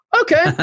okay